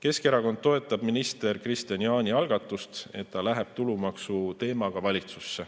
Keskerakond toetab minister Kristian Jaani algatust, et ta läheb tulumaksu teemaga valitsusse.